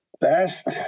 Best